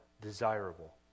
desirable